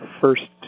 first